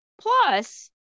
plus